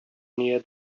near